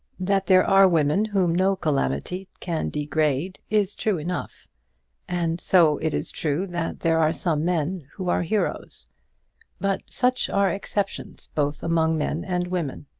that there are women whom no calamity can degrade is true enough and so it is true that there are some men who are heroes but such are exceptions both among men and women.